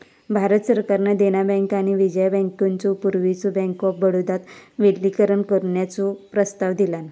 भारत सरकारान देना बँक आणि विजया बँकेचो पूर्वीच्यो बँक ऑफ बडोदात विलीनीकरण करण्याचो प्रस्ताव दिलान